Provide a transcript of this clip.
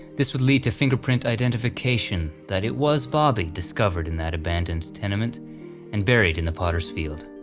this would lead to fingerprint identification that it was bobby discovered in that abandoned tenement and buried in the potter's field.